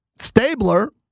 Stabler